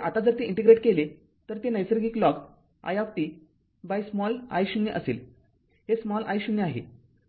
तर आता जर ते इंटिग्रेट केले तर ते नैसर्गिक लॉग i t स्मॉल I0असेल हे स्मॉल I0आहे